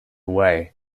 away